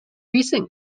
recent